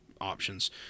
options